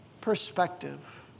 perspective